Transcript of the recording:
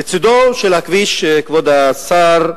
לצדו של הכביש, כבוד השר,